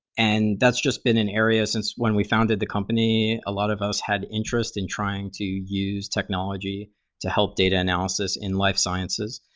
and that's just been an area when we founded the company a lot of us had interest in trying to use technology to help data analysis in life sciences.